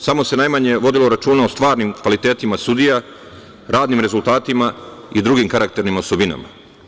Samo se najmanje vodilo računa o stvarnim kvalitetima sudija, radnim rezultatima i drugim karakternim osobinama.